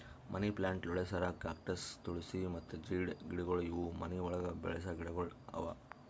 ಮನಿ plant, ಲೋಳೆಸರ, cactus, ತುಳ್ಸಿ ಮತ್ತ ಜೀಡ್ ಗಿಡಗೊಳ್ ಇವು ಮನಿ ಒಳಗ್ ಬೆಳಸ ಗಿಡಗೊಳ್ ಅವಾ